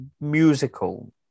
musical